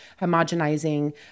homogenizing